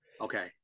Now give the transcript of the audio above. okay